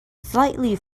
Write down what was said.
slightly